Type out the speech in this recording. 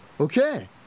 Okay